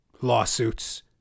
lawsuits